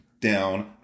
down